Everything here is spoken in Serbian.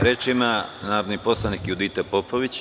Reč ima narodni poslanik Judita Popović.